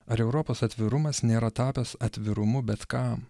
ar europos atvirumas nėra tapęs atvirumu bet kam